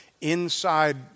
inside